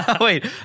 Wait